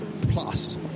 plus